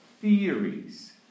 theories